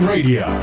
Radio